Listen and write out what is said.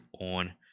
on